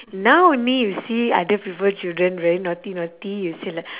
now only you see other people children very naughty naughty you say like